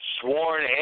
sworn